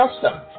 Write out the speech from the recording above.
Custom